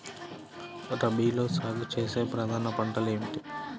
రబీలో సాగు చేసే ప్రధాన పంటలు ఏమిటి?